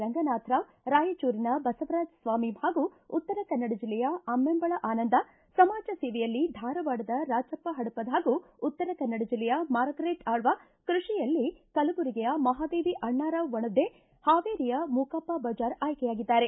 ರಂಗನಾಥರಾವ್ ರಾಯಚೂರಿನ ಬಸವರಾಜ ಸ್ವಾಮಿ ಹಾಗೂ ಉತ್ತರ ಕನ್ನಡ ಜಿಲ್ಲೆಯ ಅಮ್ಮೆಂಬಳ ಆನಂದ ಸಮಾಜ ಸೇವೆಯಲ್ಲಿ ಧಾರವಾಡದ ರಾಜಪ್ಪ ಪಡಪದ ಹಾಗೂ ಉತ್ತರ ಕನ್ನಡ ಜಿಲ್ಲೆಯ ಮಾರ್ಗರೇಟ್ ಆಳ್ವಾ ಕೃಷಿಯಲ್ಲಿ ಕಲಬುರಗಿಯ ಮಹಾದೇವಿ ಅಣ್ಣರಾವ್ ವಣದೆ ಹಾವೇರಿಯ ಮೂಕಪ್ಪ ಪೂಜಾರ್ ಆಯ್ಕೆಯಾಗಿದ್ದಾರೆ